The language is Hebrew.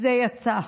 זה יצא,